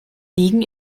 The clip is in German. liegen